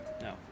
No